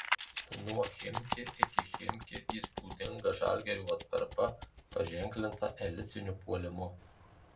nuo chimki iki chimki įspūdinga žalgirio atkarpa paženklinta elitiniu puolimu